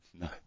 No